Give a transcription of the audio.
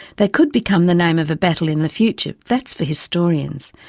they could become the name of a battle in the future, that's for historians.